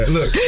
Look